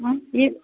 ಹಾಂ ಈ